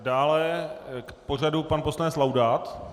Dále k pořadu pan poslanec Laudát.